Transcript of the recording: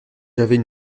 j’avais